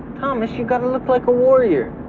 thomas, you gotta look like a warrior!